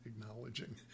acknowledging